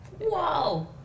Whoa